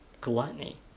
gluttony